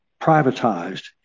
privatized